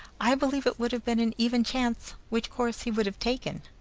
i believe it would have been an even chance which course he would have taken.